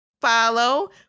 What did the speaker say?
follow